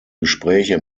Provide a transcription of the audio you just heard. gespräche